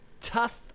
tough